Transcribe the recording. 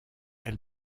elle